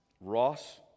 Ross